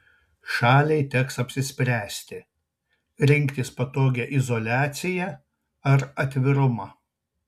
šaliai teks apsispręsti rinktis patogią izoliaciją ar atvirumą